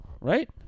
right